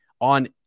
on